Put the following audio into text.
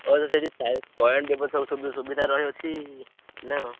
ଓଃ ତ ସେଠି ସୁବିଧା ରହିଅଛି ନା